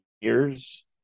years